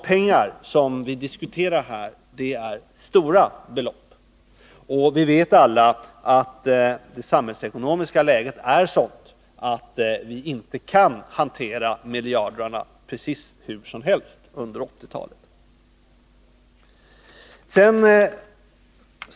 Det vi här diskuterar är stora belopp, och vi vet alla att det samhällsekonomiska läget är sådant att vi inte kan hantera miljarderna precis hur som helst under 1980-talet.